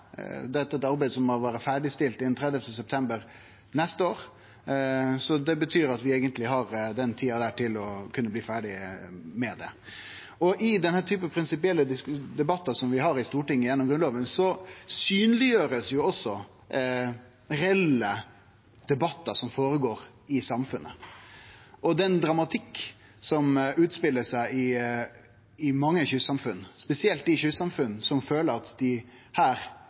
dette er eit arbeid som må vere ferdigstilt innan 30. september neste år, og det betyr at vi eigentleg har den tida til å kunne bli ferdig med det. I den typen prinsipielle debattar som vi har i Stortinget om Grunnloven, blir også reelle debattar som går føre seg i samfunnet, synleggjorde, i tillegg til den dramatikken som utspelar seg i mange kystsamfunn, spesielt i kystsamfunn som føler at dei her